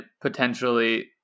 potentially